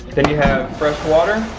then you have fresh water.